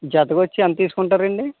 జతకి వచ్చి ఎంత తీసుకుంటారు అండి